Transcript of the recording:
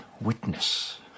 witness